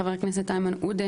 ח"כ איימן עודה